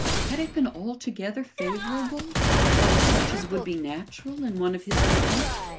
had it been altogether favourable and such as would be natural in one of his repute?